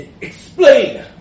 Explain